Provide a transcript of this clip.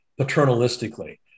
paternalistically